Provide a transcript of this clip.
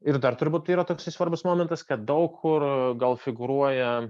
ir dar turbūt tai yra toksai svarbus momentas kad daug kur gal figūruoja